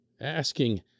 asking